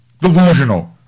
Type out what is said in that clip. delusional